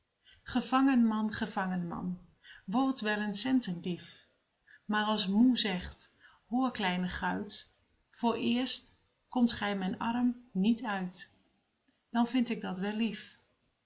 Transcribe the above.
wezen hoor gevangenman gevangenman wordt wel een centendief maar als moe zegt hoor kleine guit vooreerst komt gij mijn arm niet uit dan vind ik dat wel lief